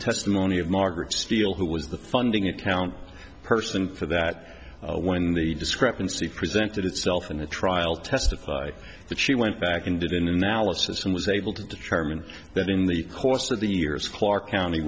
testimony of margaret steel who was the funding it count person for that when the discrepancy presented itself in a trial testified that she went back and did an analysis and was able to determine that in the course of the years clark county